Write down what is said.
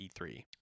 e3